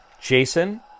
Jason